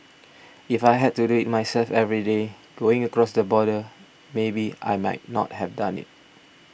if I had to do it myself every day going across the border maybe I might not have done it